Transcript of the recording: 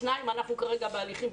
בשניים אנחנו כרגע בהליכים,